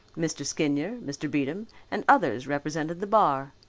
mr. skinyer, mr. beatem and others represented the bar.